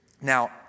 Now